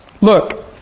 Look